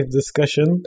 discussion